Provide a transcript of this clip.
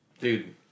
dude